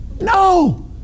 No